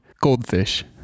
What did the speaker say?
goldfish